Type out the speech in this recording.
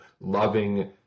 loving